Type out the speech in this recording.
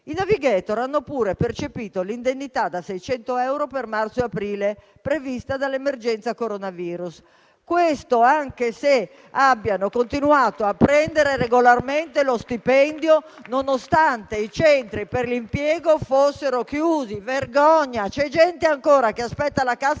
i *navigator* hanno pure percepito l'indennità da 600 euro per marzo e aprile prevista dall'emergenza coronavirus, anche se hanno continuato a prendere regolarmente lo stipendio, nonostante i centri per l'impiego siano stati chiusi. Vergogna! C'è gente che aspetta ancora